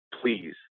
please